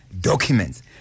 documents